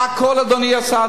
הכול, אדוני השר.